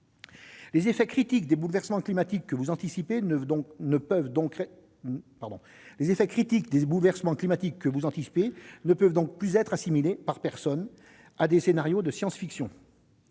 Les effets critiques des bouleversements climatiques anticipés ne peuvent donc plus être assimilés à des scénarios de science-fiction.